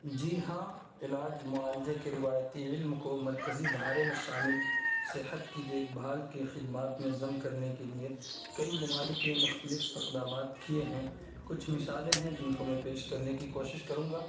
جی ہاں علاج معالجے کے روایتی علم کو مرکزی دھارے میں شامل صحت کی دیکھ بھال کے خدمات میں ضم کرنے کے لیے کئی ممالک نے مختلف اقدامات کیے ہیں کچھ مثالیں ہیں جن کو میں پیش کرنے کی کوشش کروں گا